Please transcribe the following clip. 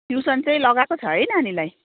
tuition चाहिँ लगाएको छ है नानीलाई